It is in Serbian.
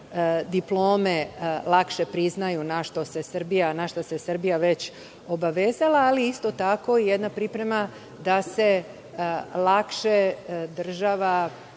diplome lakše priznaju, a na šta se Srbija već obavezala, ali isto tako jedna priprema da se lakše država